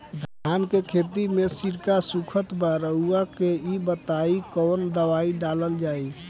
धान के खेती में सिक्का सुखत बा रउआ के ई बताईं कवन दवाइ डालल जाई?